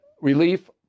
relief